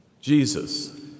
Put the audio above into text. Jesus